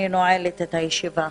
אני נועלת את הישיבה.